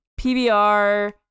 PBR